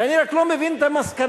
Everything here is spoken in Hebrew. ואני רק לא מבין את המסקנה,